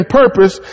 purpose